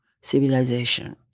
civilization